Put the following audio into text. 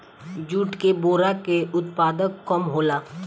jute के बोरा के उत्पादन कम होला